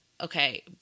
okay